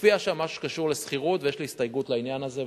מופיע שם משהו שקשור לשכירות ויש לי הסתייגות לעניין הזה,